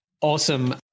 Awesome